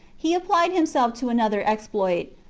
he applied himself to another exploit,